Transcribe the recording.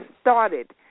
started